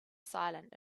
silent